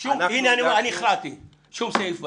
לא, החלטתי שאני לא שם שום סעיף בצד.